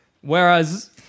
Whereas